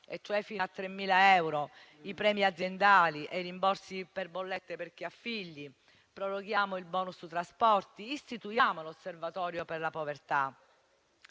e cioè fino a 3.000 euro, i premi aziendali e i rimborsi per bollette per chi ha figli; proroghiamo il *bonus* trasporti; istituiamo l'osservatorio per la povertà.